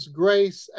grace